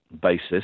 basis